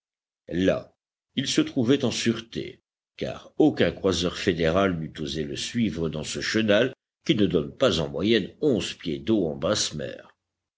là il se trouvait en sûreté car aucun croiseur fédéral n'eût osé le suivre dans ce chenal qui ne donne pas en moyenne onze pieds d'eau en basse mer